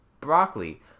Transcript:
broccoli